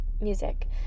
music